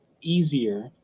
easier